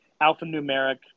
alphanumeric